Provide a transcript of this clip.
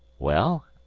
well,